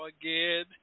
again